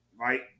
right